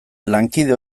lankide